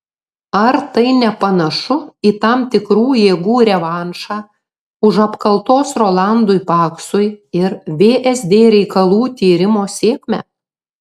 ar tai nepanašu į tam tikrų jėgų revanšą už apkaltos rolandui paksui ir vsd reikalų tyrimo sėkmę